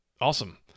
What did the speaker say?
Awesome